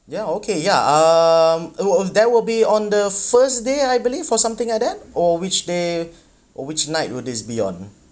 ya okay ya um uh oh there will be on the first day I believe for something like that or which day or which night will this be on